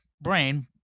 brain